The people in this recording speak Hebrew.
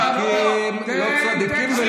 פתאום נהייתם צדיקים.